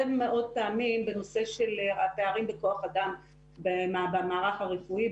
מאוד פעמים בנושא של הפערים בכוח אדם במערך הרפואי,